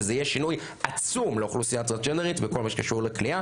וזה יהיה שינוי עצום לאוכלוסייה הטרנסג'נדרית בכל מה שקשור לכליאה,